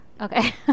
Okay